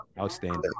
Outstanding